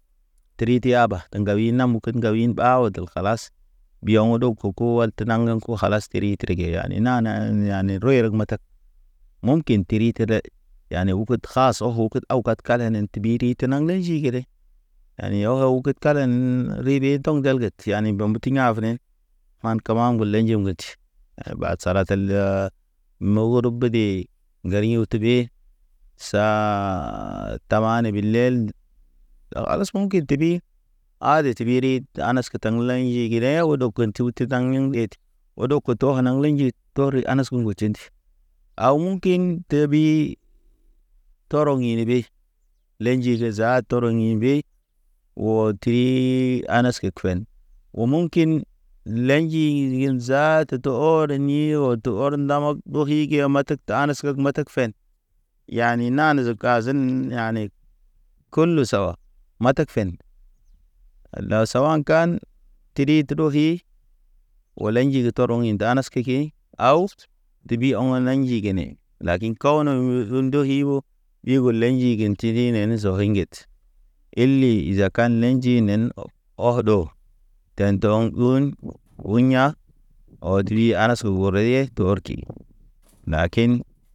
Tri te aba te ŋgawi namuken ŋgawin ɓa ɔdlə kalas. Ɓiyoŋ ɗok koko wal te naŋ ḛku kalas terite. Trige yani nana, yani ro yerge matak. Munkin terite yani okud sahasa okud wagad kalenen te ɓiri te naŋ le nji ŋgede. Yani ogud kalen, ribe doŋ gelget, teyani bomb teya̰ fenen. Man kamam ŋge lej ŋget. Ɓa sala tel lə, mo or bəde ŋgariyo tebe, saa ta. Tamani bilel ni, kalas munkin tebi, tedaŋ yeŋ yedi, oto kotoŋ anaŋ le njid. Tori a nas ku ŋge tʃenti a wukiŋ tebi. Tɔrɔg iniɓe, le nji ge zaa torog ḭ ɓe oo tii a nas kekuwen. U munkin lenji in zaata. Tete ɔr ni te ɔr ndamag ɓokige matak ta. Ta anaseg matagfen. Yani nane ze kazen yaneg kulu sawa, matagfen. Ala sawa a̰kan, teri tro hi, wɔlɛnji ge tɔrɔŋ ḭ danas keke. Aw debi ɔŋ na njigi ne, lakin kaw ono ndohi o, ɗigo lḛnji gin tidinen zoweiŋget. Ili izakan nenjinen ɔkɗo, den dɔŋ un. Wuya̰ ɔdri anas o reye te ɔrki ki lakin.